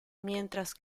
mientras